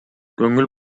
көңүл